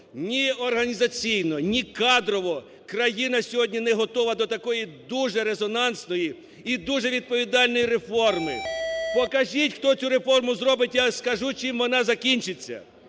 Ні організаційно, ні кадрово країна сьогодні не готова до такої дуже резонансної і дуже відповідальної реформи. Покажіть, хто цю реформу зробить, я скажу чим вона закінчиться.